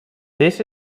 this